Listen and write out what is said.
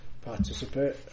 participate